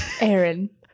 Aaron